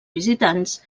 visitants